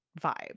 vibe